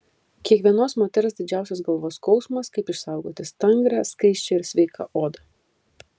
kiekvienos moters didžiausias galvos skausmas kaip išsaugoti stangrią skaisčią ir sveiką odą